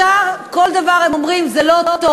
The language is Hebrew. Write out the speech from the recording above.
ישר על כל דבר הם אומרים: זה לא טוב,